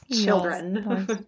children